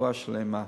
רפואה שלמה.